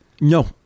no